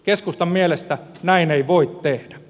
keskustan mielestä näin ei voi tehdä